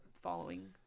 following